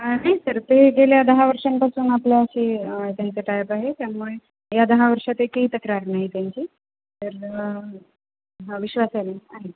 नाही सर ते गेल्या दहा वर्षांपासून आपल्या अशी त्यांचं टायप आहे त्यामुळे या दहा वर्षात काही तक्रार नाही त्यांची तर ह विश्वास आहे ना आ